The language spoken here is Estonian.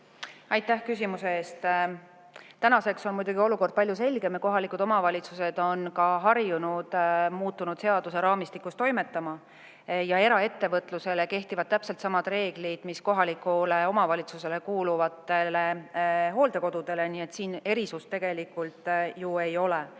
Aitäh küsimuse eest! Tänaseks on muidugi olukord palju selgem ja kohalikud omavalitsused on ka harjunud muutunud seaduse raamistikus toimetama. Eraettevõtlusele kehtivad täpselt samad reeglid, mis kohalikule omavalitsusele kuuluvatele hooldekodudele. Siin erisust ei ole. Mis